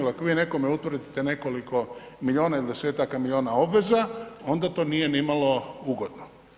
Dakle, vi nekom utvrdite nekoliko miliona ili 10-taka miliona obveza onda to nije nimalo ugodno.